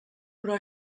però